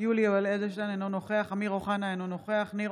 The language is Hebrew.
יולי יואל אדלשטיין, אינו נוכח אמיר אוחנה, אינו